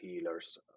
healers